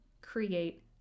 create